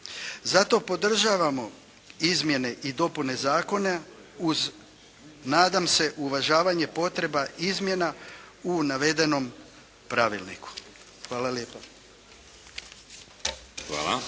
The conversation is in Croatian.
Zato podržavamo izmjene i dopune zakona uz nadam se uvažavanje potreba izmjena u navedenom pravilniku. Hvala lijepa.